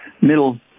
middle